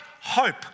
hope